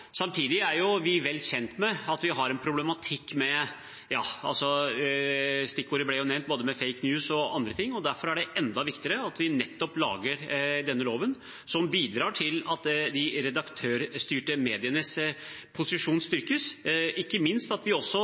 Samtidig er vi vel kjent med at vi har en problematikk med – stikkordet ble jo nevnt – både «fake news» og andre ting. Derfor er det enda viktigere at vi lager nettopp denne loven, som bidrar til at de redaktørstyrte medienes posisjon styrkes, og ikke minst at vi ser på at redaktørene gis både en særlig uavhengighet og også